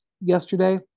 yesterday